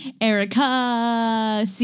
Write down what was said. Erica